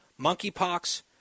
monkeypox